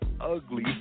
ugly